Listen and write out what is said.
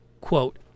quote